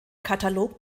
katalog